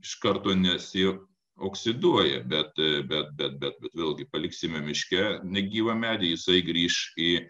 iš karto nesioksiduoja bet bet bet vėlgi paliksime miške negyvą medį jisai grįš į